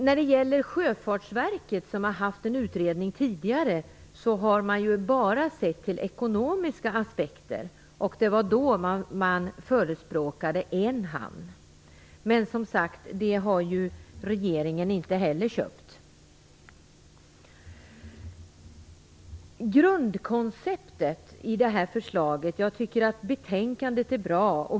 När det gäller Sjöfartsverket, som tidigare har gjort en utredning, har man bara sett till ekonomiska aspekter. Det var då som man förespråkade en hamn. Men, som sagt, detta har inte heller regeringen köpt. Betänkandet är bra.